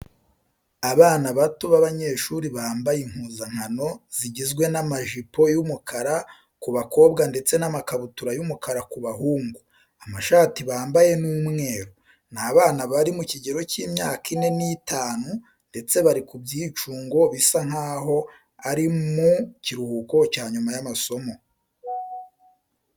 Abana bato b'abanyeshuri bambaye impuzankano zigizwe n'amajipo y'umukara ku bakobwa ndetse n'amakabutura y'umukara ku bahungu. Amashati bambaye ni umweru. Ni abana bari mu kigero cy'imyaka ine n'itanu ndetse bari ku byicungo bisa nkaho ari mu kiruhuko cya nyuma y'amasomo.